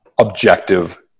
objective